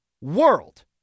world